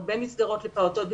הרבה מסגרות לפעוטות בסיכון,